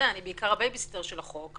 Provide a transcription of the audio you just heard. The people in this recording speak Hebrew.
אני בעיקר הבייביסיטר של החוק,